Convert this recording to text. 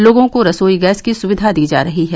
लोगों को रसोई गैस की सुविधा दी जा रही है